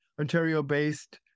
Ontario-based